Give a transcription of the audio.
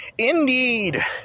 Indeed